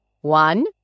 One